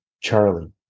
Charlie